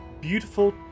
beautiful